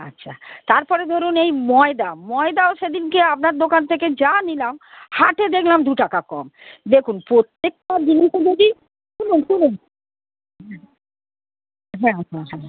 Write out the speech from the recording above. আচ্ছা তারপরে ধরুন এই ময়দা ময়দাও সেদিনকে আপনার দোকান থেকে যা নিলাম হাটে দেখলাম দু টাকা কম দেখুন প্রত্যেকটা জিনিসে যদি শুনুন শুনুন হ্যাঁ হ্যাঁ হ্যাঁ